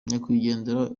nyakwigendera